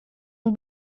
ont